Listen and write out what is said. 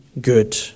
good